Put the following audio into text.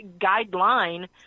guideline